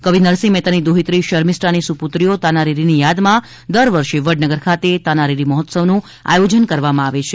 કવિ નરસિંહ મહેતાની દૌહિત્રી શર્મિષ્ઠાની સુપુત્રીઓ તાના રીરીની યાદમાં દર વર્ષે વડનગર ખાતે તાના રીરી મહોત્સવનું આયોજન કરવામાં આવે છે